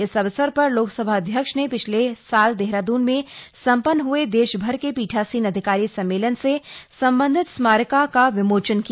इस अवसर पर लोकसभा अध्यक्ष ने पिछले साल देहरादून में संपन्न हए देशभर के पीठासीन अधिकारी सम्मेलन से संबंधित स्मारिका का विमोचन किया